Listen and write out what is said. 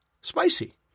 spicy